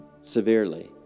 severely